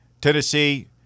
Tennessee